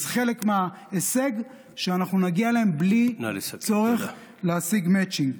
אז חלק מההישג הוא שאנחנו נגיע אליהם בלי צורך להשיג מצ'ינג.